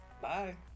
bye